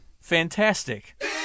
Fantastic